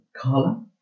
Carla